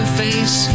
face